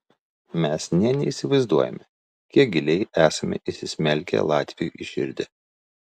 mes nė neįsivaizduojame kiek giliai esame įsismelkę latviui į širdį